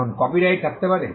এখন কপিরাইট থাকতে পারে